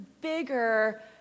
bigger